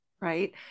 right